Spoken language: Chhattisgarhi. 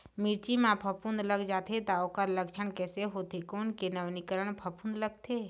मिर्ची मा फफूंद लग जाथे ता ओकर लक्षण कैसे होथे, कोन के नवीनीकरण फफूंद लगथे?